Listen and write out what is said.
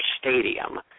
stadium